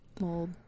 mold